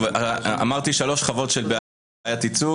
אמרתי שלוש שכבות של בעיית ייצוג.